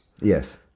Yes